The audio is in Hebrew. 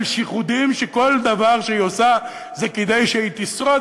שיחודים שכל דבר שהיא עושה זה כדי שהיא תשרוד,